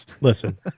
listen